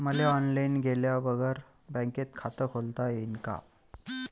मले ऑनलाईन गेल्या बगर बँकेत खात खोलता येईन का?